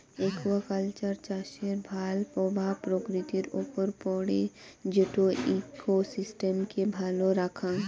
aquaculture চাষের ভাল প্রভাব প্রকৃতির উপর পড়ে যেটো ইকোসিস্টেমকে ভালো রাখঙ